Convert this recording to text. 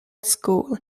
school